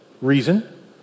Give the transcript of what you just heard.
reason